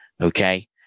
okay